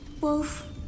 Wolf